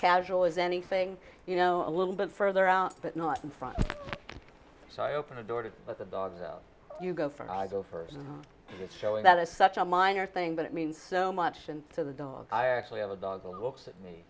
casual as anything you know a little bit further out but not in front so i open a door to let the dogs out you go from first showing that it's such a minor thing but it means so much to the dog i actually have a dog who looks at me